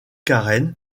karen